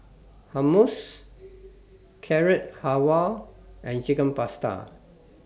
Hummus Carrot Halwa and Chicken Pasta